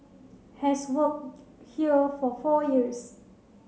has worked here for four years